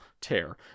tear